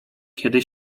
kiedy